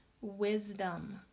Wisdom